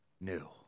new